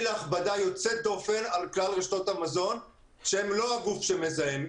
להכבדה יוצאת דופן על כלל רשתות המזון שהן לא הגוף שמזהם.